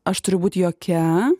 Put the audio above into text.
aš turiu būt jokia